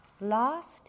Lost